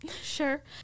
Sure